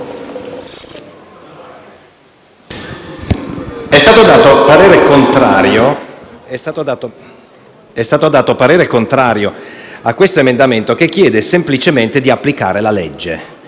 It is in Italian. è stato espresso parere contrario a questo emendamento che chiede semplicemente di applicare la legge.